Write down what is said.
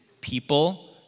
People